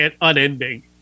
unending